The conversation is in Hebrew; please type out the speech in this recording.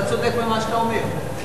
ואתה צודק במה שאתה אומר,